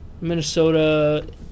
Minnesota